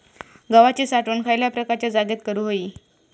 गव्हाची साठवण खयल्या प्रकारच्या जागेत करू होई?